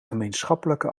gemeenschappelijke